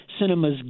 Cinema's